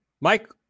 Mike